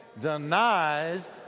Denies